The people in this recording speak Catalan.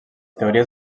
teories